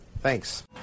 Thanks